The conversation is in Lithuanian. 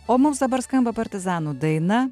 o mums dabar skamba partizanų daina